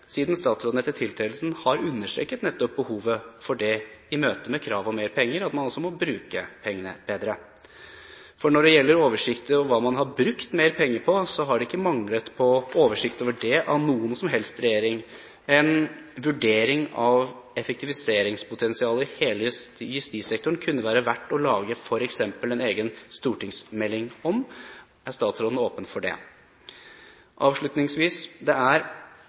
siden statsråden etter tiltredelsen har understreket nettopp behovet for det i møte med krav om mer om penger, altså at man må bruke pengene bedre? Når det gjelder oversikter over hva man har brukt mer penger på, har det ikke manglet på oversikt over det av noen som helst regjering. En vurdering av effektiviseringspotensialet i hele justissektoren kunne det være verdt å lage f.eks. en egen stortingsmelding om. Er statsråden åpen for det? Avslutningsvis: Det er